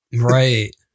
Right